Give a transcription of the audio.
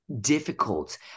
difficult